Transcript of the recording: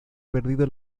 perdido